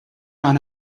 run